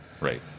Right